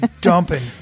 dumping